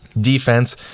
defense